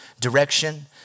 direction